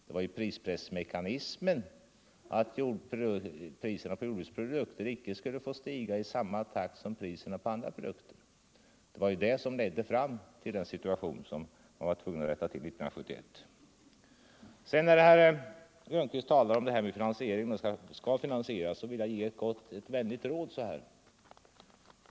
Det var prispressmekanismen -— att priserna på jordbruksprodukter icke skulle få stiga i samma takt som priserna på andra produkter — som skapade den situation som man var tvungen att rätta till 1971. När herr Lundkvist nu skall finansiera det hela vill jag ge ett vänligt råd.